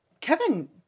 kevin